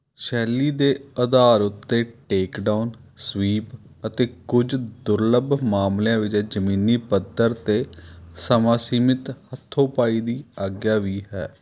ਸ਼ੈਲੀ ਦੇ ਅਧਾਰ ਉੱਤੇ ਟੇਕ ਡਾਊਨ ਸਵੀਪ ਅਤੇ ਕੁੱਝ ਦੁਰਲੱਭ ਮਾਮਲਿਆਂ ਵਿੱਚ ਜ਼ਮੀਨੀ ਪੱਧਰ 'ਤੇ ਸਮਾਂ ਸੀਮਿਤ ਹੱਥੋਪਾਈ ਦੀ ਆਗਿਆ ਵੀ ਹੈ